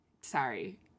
Sorry